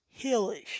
hillish